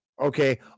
Okay